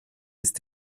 ist